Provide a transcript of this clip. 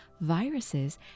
viruses